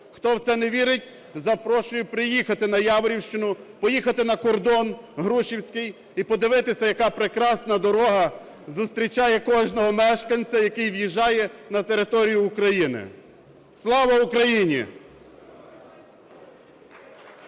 Хто в це не вірить, запрошую приїхати на Яворівщину, поїхати на кордон "Грушівський" і подивитися, яка прекрасна дорога зустрічає кожного мешканця, який в'їжджає на територію України. Слава Україні!